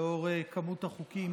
לאור כמות החוקים